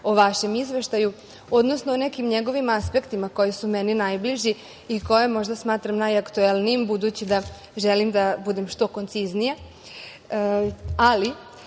o vašem izveštaju, odnosno o nekim njegovim aspektima koji su meni najbliži i koje možda smatram najaktuelnijim, budući da želim da budem što konciznija, ali